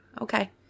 Okay